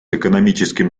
экономическим